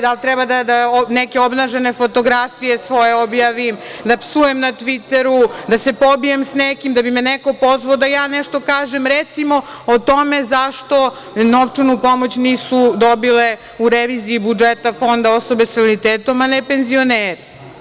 Da li treba da neke obnažene fotografije svoje objavim, da psujem na „tviteru“, da se pobijem sa nekim, da bi me neko pozvao da nešto kažem, recimo o tome zašto novčanu pomoć nisu dobile u reviziji budžeta fonda, osobe sa invaliditetom, a ne penzioneri?